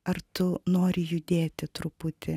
ar tu nori judėti truputį